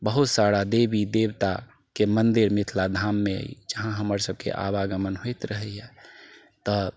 बहुत सारा देवी देवताके मन्दिर मिथिला धाममे अछि जहाँ हमरा सभके आवागमन होइत रहैया तऽ